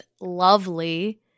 lovely